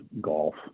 golf